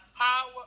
power